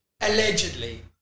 Allegedly